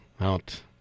out